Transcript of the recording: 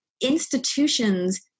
institutions